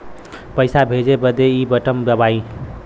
पइसा भेजे बदे ई बटन दबाई